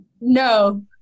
No